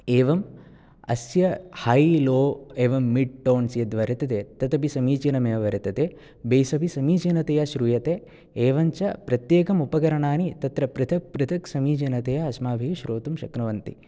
एवम् अस्य high low एवं मिड् टोन्स् यद् वर्तते तदपि समीचीनमेव वर्तते बेस् अपि समीचीनतया श्रूयते एवञ्च प्रत्येकम् उपकरणानि तत्र पृथक् पृथक् समीचीनतया अस्माभिः श्रोतुं शक्नुवन्ति